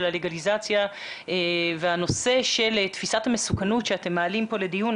הלגליזציה והנושא של תפיסת המסוכנות שאתם מעלים פה לדיון,